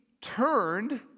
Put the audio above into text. turned